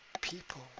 people